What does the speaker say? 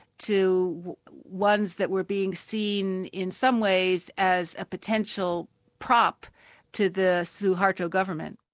to ones that were being seen in some ways as a potential prop to the suharto government.